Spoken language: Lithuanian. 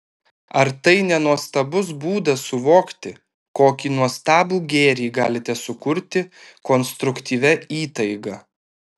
ar tai ne nuostabus būdas suvokti kokį nuostabų gėrį galite sukurti konstruktyvia įtaiga